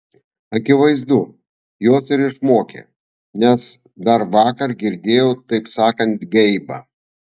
akivaizdu jos ir išmokė nes dar vakar girdėjau taip sakant geibą